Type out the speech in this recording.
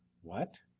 what!